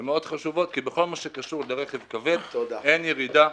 כי הן מאוד חשובות, כי ברכב כבד אין ירידה.